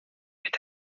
mit